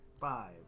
Five